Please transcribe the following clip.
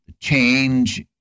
change